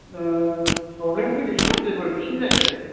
प्रब्लेमफोर गैखायादा जेबो नोंसिनि जायगाजों